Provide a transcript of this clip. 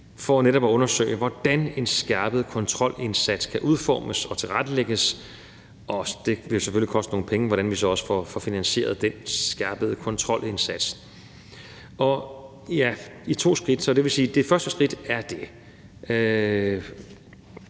for netop at undersøge, hvordan en skærpet kontrolindsats kan udformes og tilrettelægges, og det vil jo selvfølgelig også koste nogle penge, når vi så skal finansiere den skærpede kontrolindsats. Så det er altså det første skridt, vi